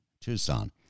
Tucson